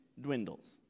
dwindles